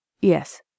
Yes